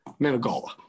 Menegola